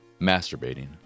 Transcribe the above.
masturbating